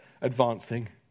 advancing